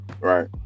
Right